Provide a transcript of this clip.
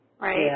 Right